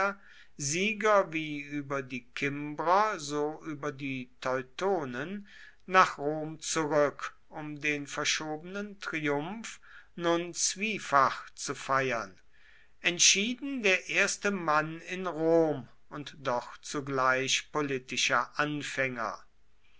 sieger wie über die kimbrer so über die teutonen nach rom zurück um den verschobenen triumph nun zwiefach zu feiern entschieden der erste mann in rom und doch zugleich politischer anfänger